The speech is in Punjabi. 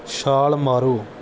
ਛਾਲ ਮਾਰੋ